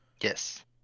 Yes